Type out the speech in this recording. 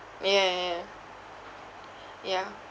ya ya ya ya